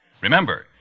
Remember